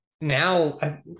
now